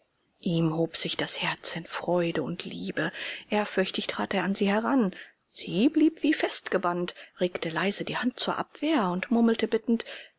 ihm hob sich das herz in freude und liebe ehrfürchtig trat er an sie heran sie blieb wie festgebannt regte leise die hand zur abwehr und murmelte bittend